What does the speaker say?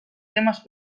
temes